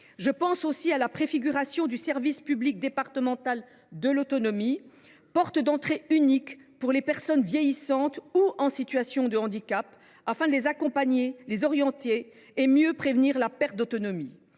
Je pense aussi à la préfiguration du service public départemental de l’autonomie, porte d’entrée unique pour les personnes vieillissantes ou en situation de handicap, afin de les accompagner, de les orienter et de mieux prévenir la perte d’autonomie.